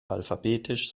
alphabetisch